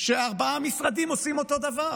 שארבעה משרדים עושים אותו דבר,